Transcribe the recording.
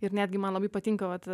ir netgi man labai patinka vat